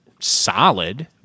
Solid